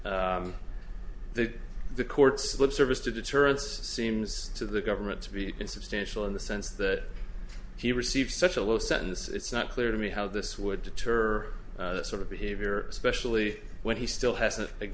that the courts lip service to deterrence seems to the government to be insubstantial in the sense that he received such a low sentence it's not clear to me how this would deter sort of behavior especially when he still has